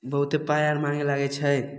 बहुते पाइ आर माँगे लागैत छै